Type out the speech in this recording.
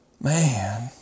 Man